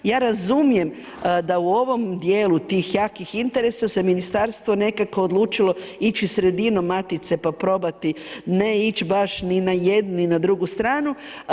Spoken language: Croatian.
Ja razumijem da u ovom dijelu tih jakih interesa se ministarstvo nekako odlučilo ići sredinom matice pa probati ne ići baš ni na jednu ni na drugu stranu.